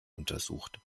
untersucht